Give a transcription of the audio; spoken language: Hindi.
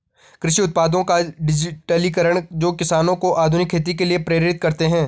कृषि उत्पादों का डिजिटलीकरण जो किसानों को आधुनिक खेती के लिए प्रेरित करते है